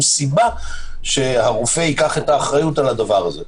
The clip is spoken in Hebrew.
סיבה שהרופא ייקח אחריות על הדבר הזה.